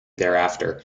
thereafter